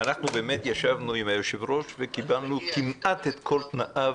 באמת ישבנו עם היושב-ראש וקיבלנו כמעט את כל תנאיו